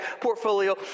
portfolio